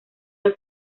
los